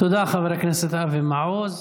תודה, חבר הכנסת אבי מעוז.